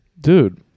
Dude